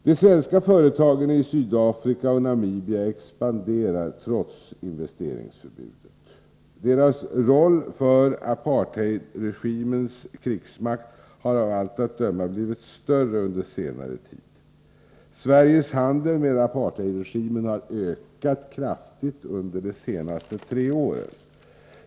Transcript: De svenska företagen i Sydafrika och Namibia expanderar trots investeringsförbudet. Deras roll för apartheidregimens krigsmakt har av allt att döma blivit större under senare tid. Sveriges handel med apartheidregimen har ökat kraftigt under de senaste tre åren.